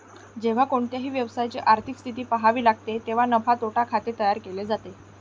जेव्हा कोणत्याही व्यवसायाची आर्थिक स्थिती पहावी लागते तेव्हा नफा तोटा खाते तयार केले जाते